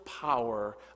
power